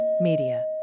Media